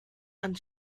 and